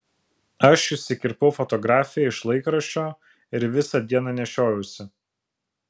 aš išsikirpau fotografiją iš laikraščio ir visą dieną nešiojausi